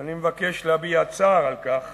ואני מבקש להביע צער על כך